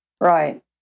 Right